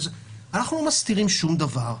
אנחנו לא מסתירים שום דבר.